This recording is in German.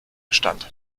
bestand